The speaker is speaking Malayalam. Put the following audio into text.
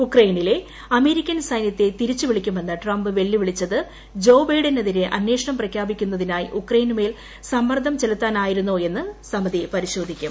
ഉക്രൈയിനിലെ അമേരിക്കൻ സൈന്യത്തെ തിരിച്ചുവിളിക്കുമെന്ന് ട്രംപ് വെല്ലുവിളിച്ചത് ജോബൈഡനെതിരെ അന്വേഷണം പ്രഖ്യാപിക്കുന്നതിനായി ഉക്രൈന് മേൽ സമ്മർദ്ദം ചെലുത്താനായിരുന്നോ എന്ന് സമിതി പരിശോധിക്കും